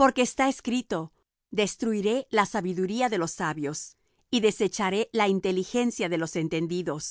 porque está escrito destruiré la sabiduría de los sabios y desecharé la inteligencia de los entendidos